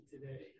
today